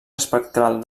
espectral